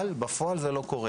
אבל בפועל זה לא קורה.